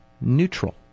neutral